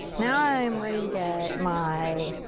now i'm ready to get my ah,